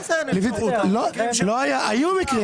היו מקרים,